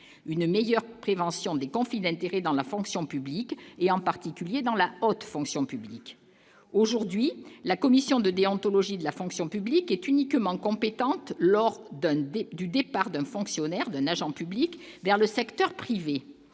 une meilleure prévention des conflits d'intérêt dans la fonction publique et en particulier dans la haute fonction publique aujourd'hui, la commission de déontologie de la fonction publique est uniquement compétente lors donne des du départ de fonctionnaires d'un agent public vers le secteur privé